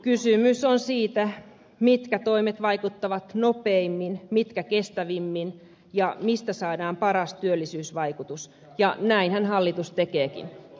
kysymys on siitä mitkä toimet vaikuttavat nopeimmin mitkä kestävimmin ja mistä saadaan paras työllisyysvaikutus ja näinhän hallitus tekeekin